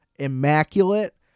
immaculate